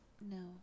No